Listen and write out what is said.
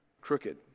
crooked